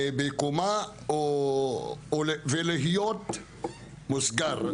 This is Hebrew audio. בקומה, ולהיות סגור.